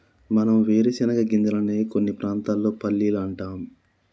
మనం వేరుశనగ గింజలనే కొన్ని ప్రాంతాల్లో పల్లీలు అంటాం